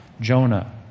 Jonah